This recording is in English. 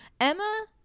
Emma